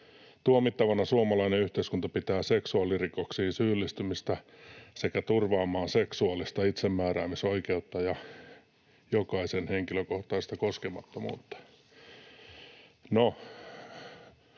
tuomittavana suomalainen yhteiskunta pitää seksuaalirikoksiin syyllistymistä, sekä turvaamaan seksuaalista itsemääräämisoikeutta ja jokaisen henkilökohtaista koskemattomuutta.